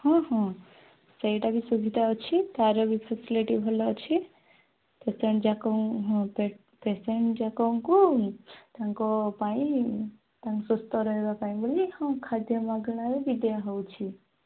ହଁ ହଁ ସେଇଟା ବି ସୁବିଧା ଅଛି ତାର ବି ଫେସିଲିଟି ଭଲ ଅଛି ପେସେଣ୍ଟ୍ ଯାକ ହଁ ପେସେଣ୍ଟ୍ଯାକଙ୍କୁ ତାଙ୍କ ପାଇଁ ତାଙ୍କୁ ସୁସ୍ଥ ରହିବା ପାଇଁ ବୋଲି ହଁ ଖାଦ୍ୟ ମାଗଣାରେ ବି ଦିଆହେଉଛି